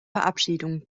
verabschiedung